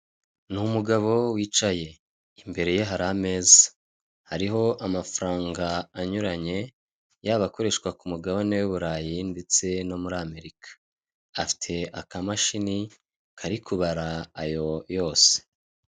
Ni umugabo wicaye imbere ye hari ameza hariho amafaranga anyuranye yaba akoreshwa k'umugabane w'iburayi ndetse no muri amerika afite akamashini kari kubara ayo yose.